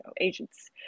agents